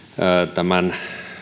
tämän